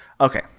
Okay